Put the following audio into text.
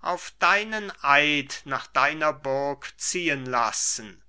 auf deinen eid nach deiner burg ziehen lassen